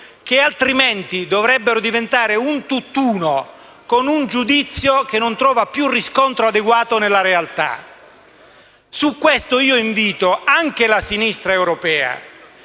che altrimenti dovrebbero diventare un tutt'uno con un giudizio che non trova più riscontro adeguato nella realtà. Su questo invito anche la Sinistra europea,